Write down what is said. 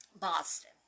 Boston